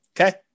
Okay